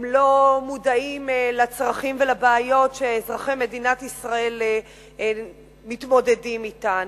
הם לא מודעים לצרכים ולבעיות שאזרחי מדינת ישראל מתמודדים אתן,